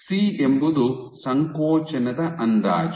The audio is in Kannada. ಸಿ ಎಂಬುದು ಸಂಕೋಚನದ ಅಂದಾಜು